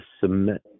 submit